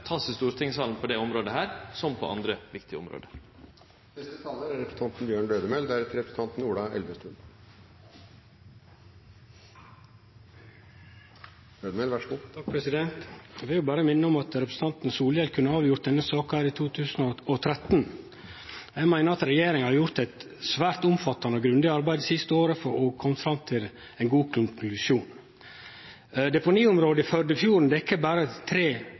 i stortingssalen, på dette området som på andre viktige område. Eg vil berre minne om at representanten Solhjell kunne ha avgjort denne saka i 2013. Eg meiner regjeringa har gjort eit svært omfattande og grundig arbeid det siste året og har kome fram til ein god konklusjon. Deponiområdet i Førdefjorden dekkjer berre 3 km2, noko som er 5 pst. av Førdefjorden. I dette området er fjorden